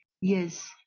Yes